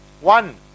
One